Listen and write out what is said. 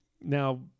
now